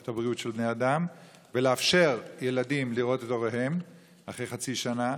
את הבריאות של בני אדם ולאפשר לילדים לראות את הוריהם אחרי חצי שנה.